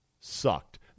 sucked